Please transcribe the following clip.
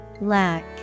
Lack